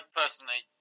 personally